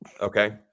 Okay